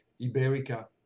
Iberica